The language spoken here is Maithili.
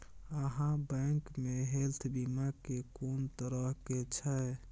आहाँ बैंक मे हेल्थ बीमा के कोन तरह के छै?